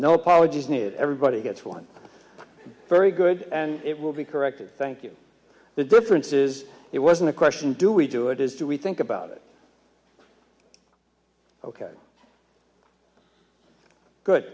no apologies needed everybody gets one very good and it will be corrected thank you the difference is it wasn't a question do we do it is do we think about it ok good